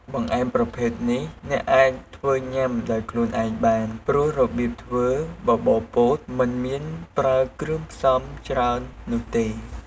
បង្អែមប្រភេទនេះអ្នកអាចធ្វើញ៉ាំដោយខ្លួនឯងបាន ព្រោះរបៀបធ្វើបបរពោតមិនមានប្រើគ្រឿងផ្សំច្រើននោះទេ។